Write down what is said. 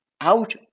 out